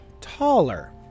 taller